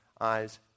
eyes